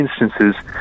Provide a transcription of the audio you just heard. instances